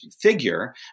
figure